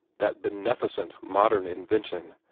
that beneficient modern invention,